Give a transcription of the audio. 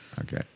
Okay